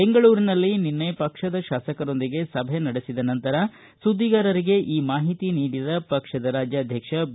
ಬೆಂಗಳೂರಿನಲ್ಲಿ ನಿನ್ನೆ ಪಕ್ಷದ ಶಾಸಕರೊಂದಿಗೆ ಸಭೆ ನಡೆಸಿದ ನಂತರ ಸುದ್ದಿಗಾರರಿಗೆ ಈ ಮಾಹಿತಿ ನೀಡಿದ ಪಕ್ಷದ ರಾಜ್ಯಾಧಕ್ಷ ಬಿ